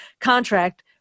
contract